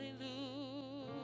Hallelujah